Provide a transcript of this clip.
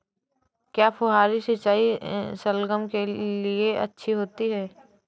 क्या फुहारी सिंचाई शलगम के लिए अच्छी होती है?